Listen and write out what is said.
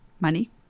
money